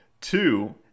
Two